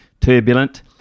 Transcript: turbulent